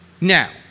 Now